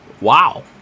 wow